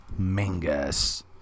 Mingus